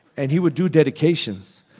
and he would do dedications,